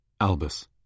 Albus